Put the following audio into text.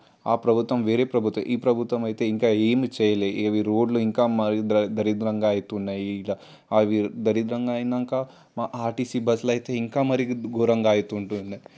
ఆ ప్రభుత్వం వేరే ప్రభుత్వం ఈ ప్రభుత్వం అయితే ఇంకా ఏమీ చేయలేదు ఈ రోడ్లు ఇంకా మరి దరిద్రంగా అవుతున్నాయి ఇంకా అది దరిద్రంగా అయినాక మా ఆర్టిసి బస్సులు అయితే ఇంకా మరి ఘోరంగా అవుతుంటుండే